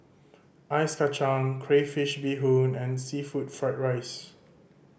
ice kacang crayfish beehoon and seafood fried rice